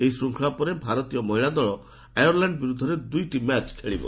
ଏହି ଶୃଙ୍ଖଳା ପରେ ଭାରତୀୟ ମହିଳା ଦଳ ଆୟାର୍ଲାଣ୍ଡ ବିରୁଦ୍ଧରେ ଦୁଇଟି ମ୍ୟାଚ୍ ଖେଳିବ